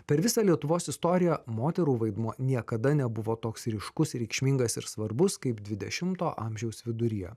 per visą lietuvos istoriją moterų vaidmuo niekada nebuvo toks ryškus reikšmingas ir svarbus kaip dvidešimto amžiaus viduryje